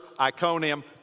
Iconium